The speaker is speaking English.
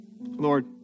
Lord